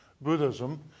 Buddhism